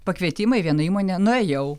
pakvietimą į vieną įmonę nuėjau